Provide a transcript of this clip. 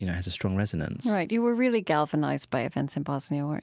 you know has a strong resonance right. you were really galvanized by events in bosnia, weren't